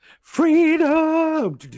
Freedom